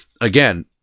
Again